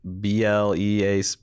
b-l-e-a